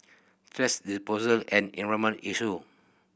thrash disposal's an environmental issue